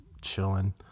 chilling